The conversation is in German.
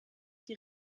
die